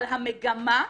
אבל המגמה ברורה.